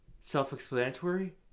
self-explanatory